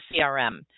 CRM